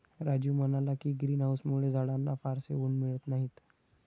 राजीव म्हणाला की, ग्रीन हाउसमुळे झाडांना फारसे ऊन मिळत नाही